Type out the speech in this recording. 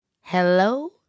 Hello